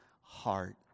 heart